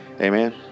Amen